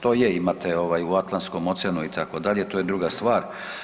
To je, imate u Atlantskom oceanu, itd., to je druga stvar.